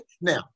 Now